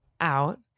out